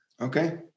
okay